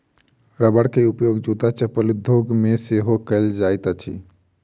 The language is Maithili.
रबरक उपयोग जूत्ता चप्पल उद्योग मे सेहो कएल जाइत अछि